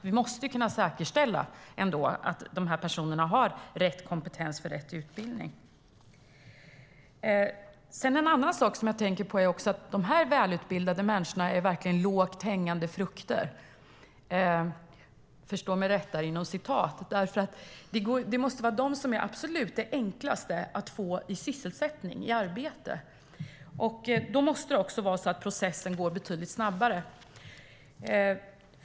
Vi måste säkerställa att dessa personer har rätt kompetens och rätt utbildning. Dessa välutbildade människor är så att säga lågt hängande frukter. De måste vara de absolut enklaste att få i arbete. Men då måste processen gå betydligt snabbare.